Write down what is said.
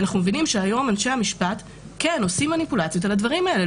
אנחנו מבינים שאנשי המשפט עושים מניפולציות על הדברים האלה.